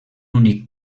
únic